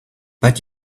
but